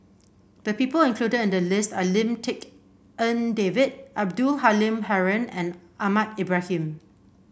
the people included in the list are Lim Tik En David Abdul Halim Haron and Ahmad Ibrahim